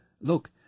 Look